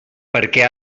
perquè